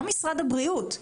ולא משרד הבריאות.